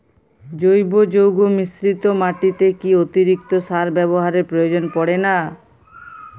জৈব যৌগ মিশ্রিত মাটিতে কি অতিরিক্ত সার ব্যবহারের প্রয়োজন পড়ে না?